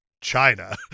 China